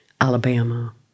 Alabama